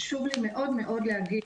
חשוב לי מאוד להגיד,